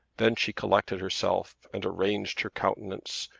then she collected herself, and arranged her countenance,